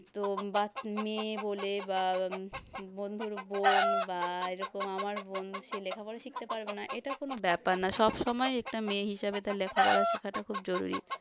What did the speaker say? তো বাত মেয়ে বলে বা বন্ধুর বোন বা এরকম আমার বোন সে লেখাপড়া শিখতে পারবে না এটা কোনও ব্যাপার না সব সময় একটা মেয়ে হিসাবে তার লেখাপড়া শেখাটা খুব জরুরি